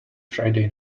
friday